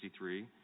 1963